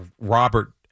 Robert